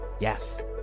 Yes